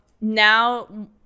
Now